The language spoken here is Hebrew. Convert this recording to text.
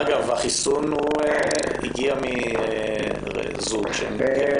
אגב, החיסון הגיע מזוג שהם גבר ואישה.